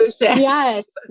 yes